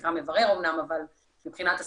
שנקרא מברר אמנם אבל מבחינת הסמכויות.